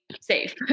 safe